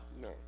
No